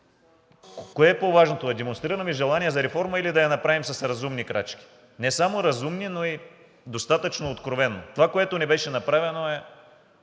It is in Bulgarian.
Кое е по-важното – да демонстрираме желание за реформа, или да я направим с разумни крачки – не само разумни, но и достатъчно откровено? Това, което не беше направено, е